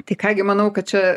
tai ką gi manau kad čia